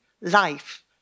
life